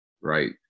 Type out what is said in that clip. Right